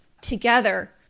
together